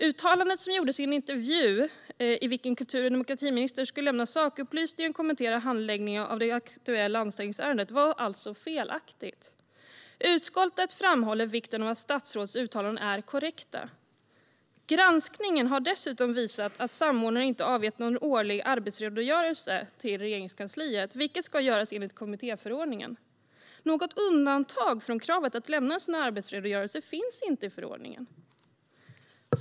Uttalandet, som gjordes i en intervju i vilken kultur och demokratiministern skulle lämna sakupplysningar och kommentera handläggningen av det aktuella anställningsärendet, var alltså felaktigt. Utskottet framhåller vikten av att statsråds uttalanden är korrekta. Granskningen har dessutom visat att samordnaren inte har avgett någon årlig arbetsredogörelse till Regeringskansliet, vilket ska göras enligt kommittéförordningen. Något undantag från kravet att lämna en sådan arbetsredogörelse finns inte i förordningen.